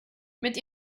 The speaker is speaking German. mit